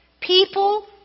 people